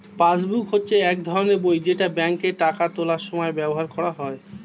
passbook হচ্ছে এক ধরনের বই যেটা ব্যাংকে টাকা তোলার সময় ব্যবহার করা হয়